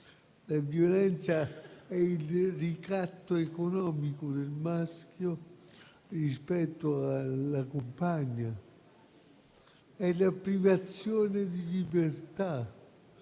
La violenza è il ricatto economico del maschio rispetto alla compagna; è la privazione di una libertà